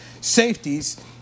safeties